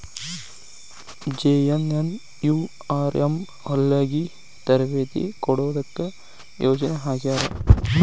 JNNURM ಹೊಲಗಿ ತರಬೇತಿ ಕೊಡೊದಕ್ಕ ಯೊಜನೆ ಹಾಕ್ಯಾರ